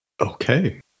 Okay